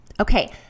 Okay